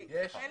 חלק